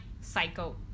cycle